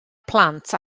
plant